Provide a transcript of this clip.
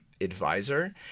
advisor